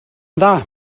dda